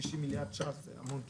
60 מיליארד שקל זה המון כסף.